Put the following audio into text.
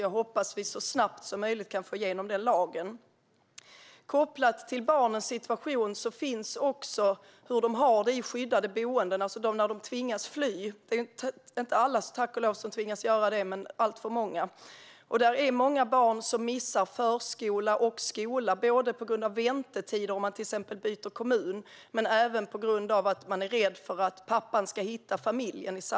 Jag hoppas att vi så snabbt som möjligt kan få igenom den lagen. Kopplat till barnens situation finns också frågan om hur barnen har det i skyddade boenden. Det gäller alltså när de tvingas fly. Det är inte alla, tack och lov, som tvingas göra det men alltför många. Det är många barn som missar förskola och skola på grund av väntetider, om de till exempel byter kommun, men även på grund av att det finns en rädsla för att pappan ska hitta familjen.